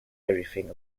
everything